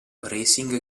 racing